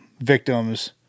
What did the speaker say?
victims